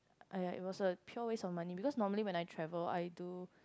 !aiya! it was a pure waste of money because normally when I travel I do